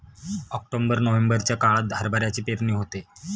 October नोव्हेंबरच्या काळात हरभऱ्याची पेरणी होते